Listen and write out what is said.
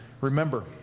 remember